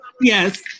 Yes